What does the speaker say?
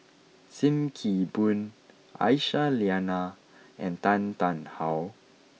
Sim Kee Boon Aisyah Lyana and Tan Tarn How